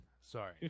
Sorry